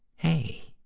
hey.